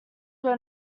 were